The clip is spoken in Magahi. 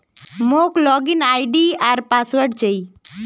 मोक लॉग इन आई.डी आर पासवर्ड चाहि